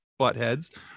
buttheads